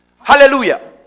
Hallelujah